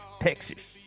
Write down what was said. texas